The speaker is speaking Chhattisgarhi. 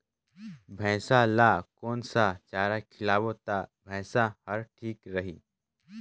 भैसा ला कोन सा चारा खिलाबो ता भैंसा हर ठीक रही?